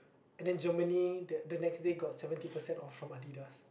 and then Germany the the next day got seventy percent off from Adidas